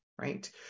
right